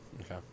Okay